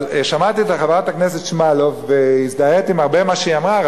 שמעתי את חברת הכנסת שמאלוב והזדהיתי עם הרבה ממה שהיא אמרה,